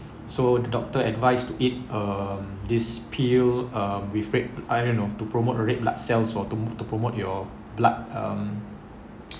so the doctor advised to eat um this peel um with red I don't know to promote red blood cells for to to promote your blood um